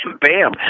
Bam